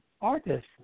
artist